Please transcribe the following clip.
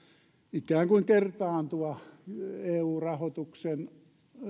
ikään kuin kertaantua eu rahoituksen